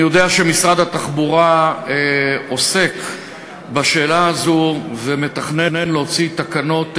אני יודע שמשרד התחבורה עוסק בשאלה הזו ומתכנן להוציא תקנות מתאימות.